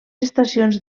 estacions